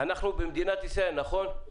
אנחנו במדינת ישראל, נכון?